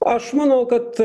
aš manau kad